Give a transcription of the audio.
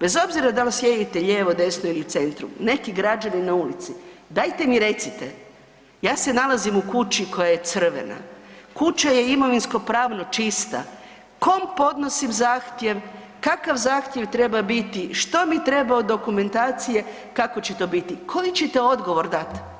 bez obzira da li sjedite lijevo, desno ili u centru, neki građani na ulici, dajte mi recite, ja se nalazim u kući koja je crvena, kuća je imovinsko-pravno čista, kom podnosim zahtjev, kakav zahtjev treba biti, što mi treba od dokumentacije, kako će to biti, koji ćete odgovor dat?